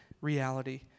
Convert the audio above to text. reality